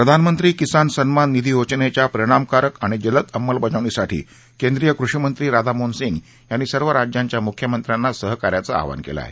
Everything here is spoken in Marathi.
प्रधानमंत्री किसान सन्मान निधी योजनेच्या परिणामकारक आणि जलद अंमलबजावणीसाठी केंद्रीय कृषिमंत्री राधामोहन सिंह यांनी सर्व राज्यांच्या मुख्यमंत्र्यांना सहकार्यांचं आवाहन केलं आहे